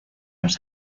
los